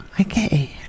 okay